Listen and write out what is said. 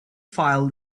file